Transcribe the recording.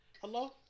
hello